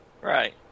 Right